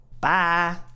Bye